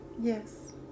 yes